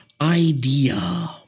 idea